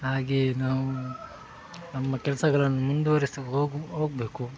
ಹಾಗೆಯೇ ನಾವು ನಮ್ಮ ಕೆಲಸಗಳನ್ನು ಮುಂದುವರಿಸಕೆ ಹೋಗು ಹೋಗಬೇಕು